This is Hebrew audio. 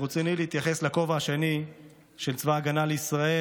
ברצוני להתייחס לכובע השני של צבא ההגנה לישראל,